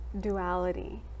duality